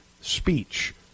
speech